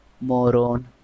Moron